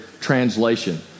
translation